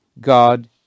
God